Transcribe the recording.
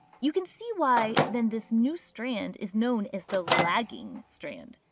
you can see why then this new strand is known as the lagging strand.